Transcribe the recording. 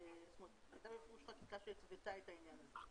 הייתה בפירוש חקיקה שהתוותה את העניין הזה.